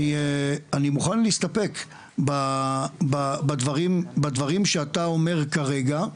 אני מוכן להסתפק בדברים שאתה אומר כרגע.